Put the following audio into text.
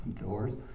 doors